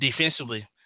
defensively